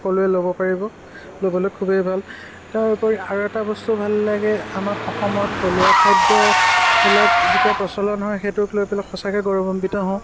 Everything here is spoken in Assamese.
সকলোৱে ল'ব পাৰিব ল'বলৈ খুবেই ভাল তাৰোপৰি আৰু এটা বস্তু ভাল লাগে আমাৰ অসমৰ থলুৱা খাদ্যবিলাক যেতিয়া প্ৰচলন হয় সেইটোক লৈ পেলায় সচাঁকেই গৌৰৱান্বিত হওঁ